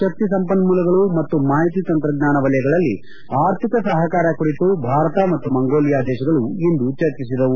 ಶಕ್ತಿ ಸಂಪನ್ನೂಲಗಳು ಮತ್ತು ಮಾಹಿತಿ ತಂತ್ರಜ್ಙಾನ ವಲಯಗಳಲ್ಲಿ ಆರ್ಥಿಕ ಸಹಕಾರ ಕುರಿತು ಭಾರತ ಮತ್ತು ಮಂಗೋಲಿಯಾ ದೇಶಗಳು ಇಂದು ಚರ್ಚಿಸಿದವು